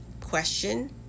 question